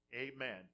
Amen